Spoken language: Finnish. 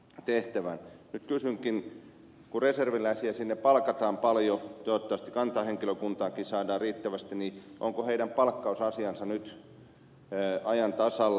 nyt kysynkin kun reserviläisiä sinne palkataan paljon toivottavasti kantahenkilökuntaakin saadaan riittävästi ovatko heidän palkkausasiansa nyt ajan tasalla